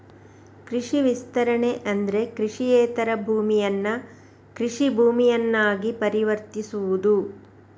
ಕೃಷಿ ವಿಸ್ತರಣೆ ಅಂದ್ರೆ ಕೃಷಿಯೇತರ ಭೂಮಿಯನ್ನ ಕೃಷಿ ಭೂಮಿಯನ್ನಾಗಿ ಪರಿವರ್ತಿಸುವುದು